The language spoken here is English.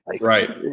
Right